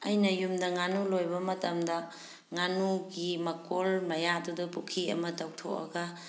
ꯑꯩꯅ ꯌꯨꯝꯗ ꯉꯥꯅꯨ ꯂꯣꯏꯕ ꯃꯇꯝꯗ ꯉꯥꯅꯨꯒꯤ ꯃꯀꯣꯜ ꯃꯌꯥꯗꯨꯗ ꯄꯨꯈꯤ ꯑꯃ ꯇꯧꯊꯣꯛꯑꯒ